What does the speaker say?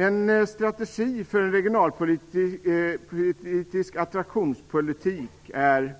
En strategi för en regionalpolitisk attraktionspolitik är